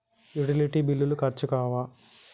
Utility బిల్లులు ఖర్చు కావా?